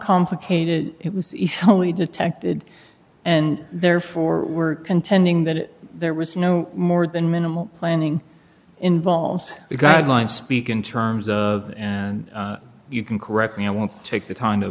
complicated it was only detected and therefore were contending that there was no more than minimal planning involved the guidelines speak in terms of and you can correct me i won't take the time to